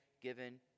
given